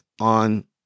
on